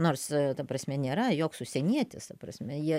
nors ta prasme nėra joks užsienietis ta prasme jie